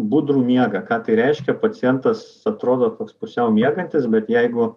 budrų miegą ką tai reiškia pacientas atrodo toks pusiau miegantis bet jeigu